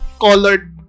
Colored